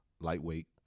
Lightweight